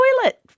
toilet